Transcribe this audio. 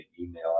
email